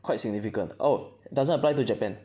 quite significant oh doesn't apply to Japan